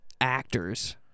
actors